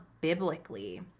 biblically